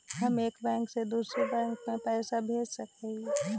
हम एक बैंक से दुसर बैंक में पैसा भेज सक हिय?